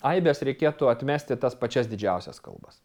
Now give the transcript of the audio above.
aibės reikėtų atmesti tas pačias didžiausias kalbas